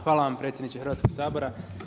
Hvala vam predsjedniče Hrvatskog sabora.